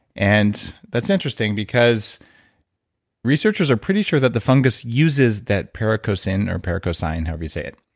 and that's interesting because researchers are pretty sure that the fungus uses that pericosine or pericosine however you say it,